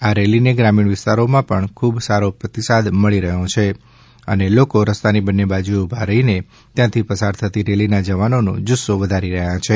આ રેલીને ગ્રામીણ વિસ્તારોમાં ખૂબ જ સારો પ્રતિસાદ મળી રહ્યો છે અને લોકો રસ્તાની બંને બાજુએ ઉભા રહીને ત્યાંથી પસાર થતી રેલીના જવાનોનો જુસ્સો વધારી રહ્યાં છે